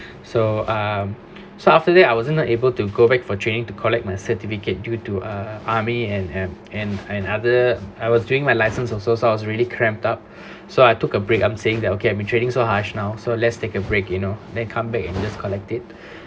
so um so after that I wasn't able to go back for training to collect my certificate due to err army and and and and other I was doing my license also so I was really cramped up so I took a break I'm saying that okay I've been training so harsh now so let's take a break you know then come back and just collect it